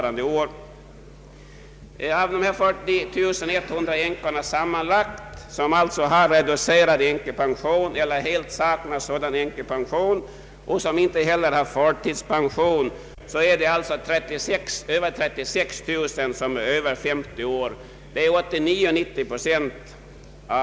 Av de 40100 änkor som har reducerad änkepension eller helt saknar sådan och inte heller har förtidspension är mer än 36 000 över 50 år. Det innebär alltså 89—90 procent.